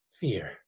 fear